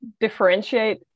differentiate